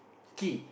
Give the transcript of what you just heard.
key